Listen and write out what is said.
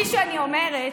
כפי שאני אומרת,